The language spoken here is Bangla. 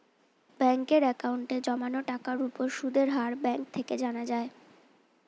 ব্যাঙ্কের অ্যাকাউন্টে জমানো টাকার উপর সুদের হার ব্যাঙ্ক থেকে জানা যায়